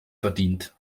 verdient